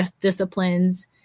disciplines